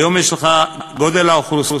היום יש לך גודל האוכלוסייה,